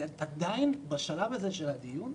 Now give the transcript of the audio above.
בשלב הזה של הדיון,